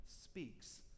speaks